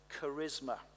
charisma